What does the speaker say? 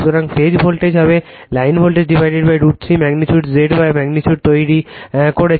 সুতরাং phase voltage হবে line voltage √ 3 magnitude Z Y magnitude তৈরি করছে